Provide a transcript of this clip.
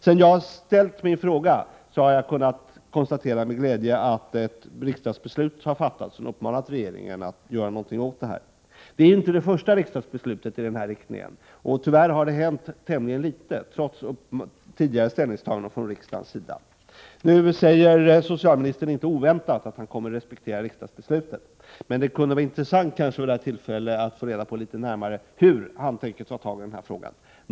Sedan jag ställde min fråga har jag med glädje kunnat konstatera att ett riksdagsbeslut har fattats i vilket regeringen uppmanas att göra någonting åt bilstödsreglerna. Det är inte det första riksdagsbeslutet i denna riktning, men tyvärr har det hänt tämligen litet, trots tidigare ställningstaganden från riksdagens sida. Socialministern säger nu, inte oväntat, att han kommer att respektera riksdagsbeslutet. Men det kunde vid detta tillfälle vara intressant att litet närmare få reda på hur socialministern avser att ta sig an denna fråga.